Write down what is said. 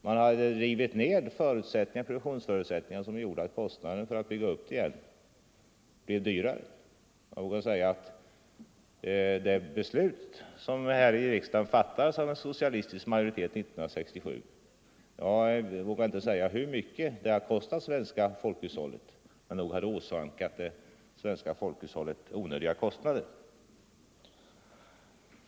Man hade rivit ner produktionsförutsättningarna, och det gjorde att kostnaderna för att bygga upp dem blev höga. Jag vågar inte säga hur mycket det beslut som fattades 1967 i riksdagen av en socialistisk majoritet har kostat svenska folket, men nog har det åsamkat det svenska folkhushållet onödiga kostnader.